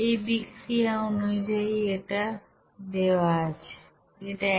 এই বিক্রিয়া অনুযায়ী এটা এক